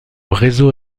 réseau